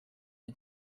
and